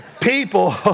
people